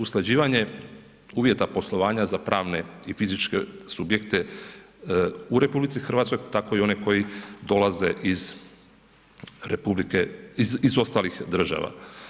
Usklađivanje uvjeta poslovanja za pravne i fizičke subjekte, u RH tako i one koji dolaze iz republike, iz ostalih država.